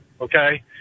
okay